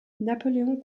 napoléon